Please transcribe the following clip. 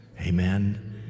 Amen